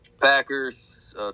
Packers